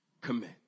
Commit